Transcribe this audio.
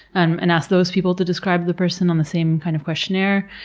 and and ask those people to describe the person on the same kind of questionnaire.